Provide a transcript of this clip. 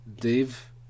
Dave